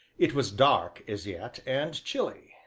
it was dark as yet, and chilly,